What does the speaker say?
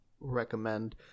recommend